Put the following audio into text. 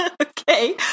Okay